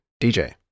DJ